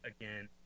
again